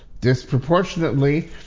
Disproportionately